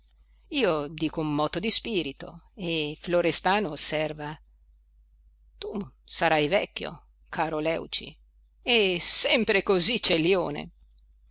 io dico un motto di spirito e florestano osserva tu sarai vecchio caro lèuci e sempre così celione